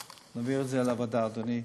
נעביר את זה לוועדה, אדוני,